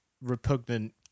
repugnant